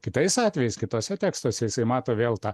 kitais atvejais kituose tekstuose jisai mato vėl tą